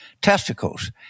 testicles